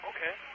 Okay